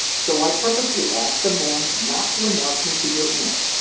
so i purposely asked the man not to announce me to your aunt.